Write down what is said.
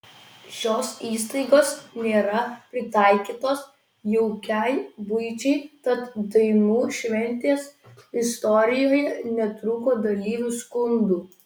šios įstaigos nėra pritaikytos jaukiai buičiai tad dainų šventės istorijoje netrūko dalyvių skundų